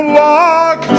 walk